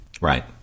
Right